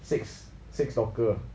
six six locker